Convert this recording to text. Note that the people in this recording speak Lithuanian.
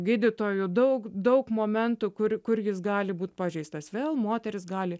gydytojų daug daug momentų kuri kur jis gali būti pažeistas vėl moterys gali